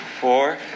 Four